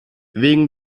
wegen